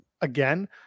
again